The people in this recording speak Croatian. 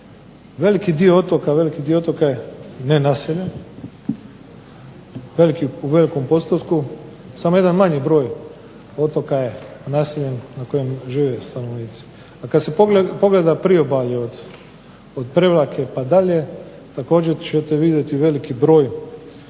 Veliki dio otoka je nenaseljen, u velikom postotku. Samo jedan manji broj otoka je naseljen na kojem žive stanovnici. A kad se pogleda priobalje od Prevlake pa dalje također ćete vidjeti veliki broj